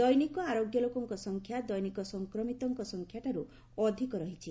ଦୈନିକ ଆରୋଗ୍ୟ ଲୋକଙ୍କ ସଂଖ୍ୟା ଦୈନିକ ସଂକ୍ରମିତଙ୍କ ସଂଖ୍ୟାଠାରୁ ଅଧିକ ରହିଛି